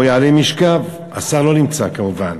או יעלה משכב" השר לא נמצא כמובן,